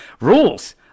Rules